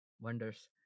wonders